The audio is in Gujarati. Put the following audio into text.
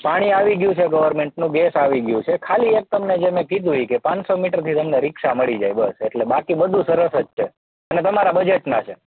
પાણી આવી ગ્યું છે ગવર્મેન્ટનો ગેસ આવી ગયો છે ખાલી એક તમને જે મે કીધું ઈ કે પાંચસો મીટરથી તમને રિક્ષા મળી જાય બસ એટલે બાકી બધું સરસ જ છે અને તમારા બજેટમાં છે